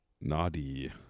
Naughty